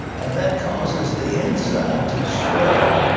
and that causes the inside to swell,